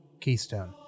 keystone